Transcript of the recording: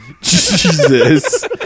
Jesus